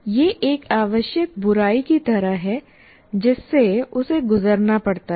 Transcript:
यह एक आवश्यक बुराई की तरह है जिससे उसे गुजरना पड़ता है